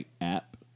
app